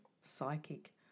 psychic